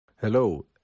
Hello